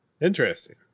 Interesting